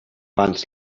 ants